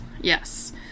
yes